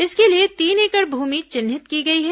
इसके लिए तीन एकड़ भूमि चिन्हित की गई है